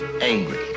angry